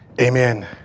Amen